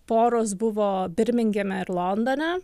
poros buvo birmingeme ir londone